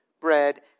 bread